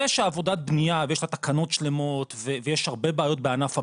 זה שעבודת בניה ויש לה תקנות שלמות ויש לה הרבה בעיות בענף הבניה,